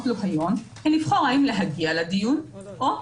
לו היום הן לבחור אם להגיע לדיון או לא,